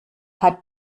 hat